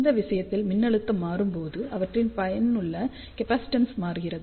இந்த விஷயத்தில் மின்னழுத்தம் மாறும்போது அவற்றின் பயனுள்ள கேப்பாசிட்டன்ஸ் மாறுகிறது